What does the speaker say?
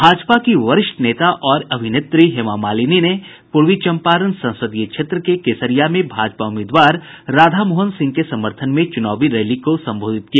भाजपा की वरिष्ठ नेता और अभिनेत्री हेमा मालिनी ने पूर्वी चंपारण संसदीय क्षेत्र के केसरिया में भाजपा उम्मीदवार राधामोहन सिंह के समर्थन में चुनावी रैली को संबोधित किया